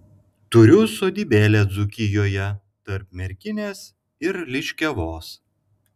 turiu sodybėlę dzūkijoje tarp merkinės ir liškiavos